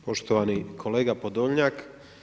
Poštovani kolega Podolnjak.